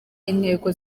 intego